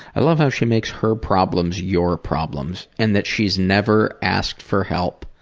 i love how she makes her problems your problems and that she's never ask for help.